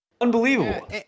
Unbelievable